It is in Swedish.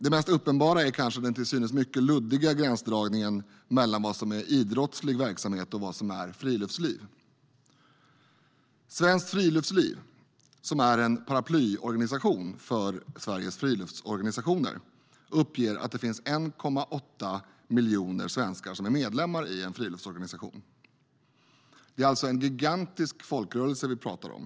Det mest uppenbara är kanske den till synes mycket luddiga gränsdragningen mellan vad som är idrottslig verksamhet och vad som är friluftsliv. Svenskt friluftsliv - som är en paraplyorganisation för Sveriges friluftsorganisationer - uppger att det finns 1,8 miljoner svenskar som är medlemmar i en friluftsorganisation. Det är alltså en gigantisk folkrörelse vi pratar om.